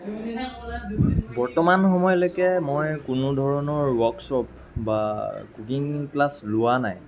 বৰ্তমান সময়লৈকে মই কোনো ধৰণৰ ৱৰ্কশ্বপ বা কুকিং ক্লাছ লোৱা নাই